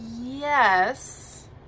yes